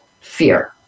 Fear